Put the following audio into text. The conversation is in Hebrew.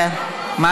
לא, לא.